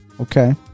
Okay